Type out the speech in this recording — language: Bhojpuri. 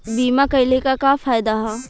बीमा कइले का का फायदा ह?